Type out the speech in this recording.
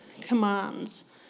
commands